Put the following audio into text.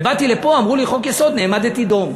ובאתי לפה, אמרו לי: חוק-יסוד, נעמדתי דום.